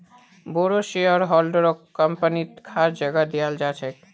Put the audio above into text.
बोरो शेयरहोल्डरक कम्पनीत खास जगह दयाल जा छेक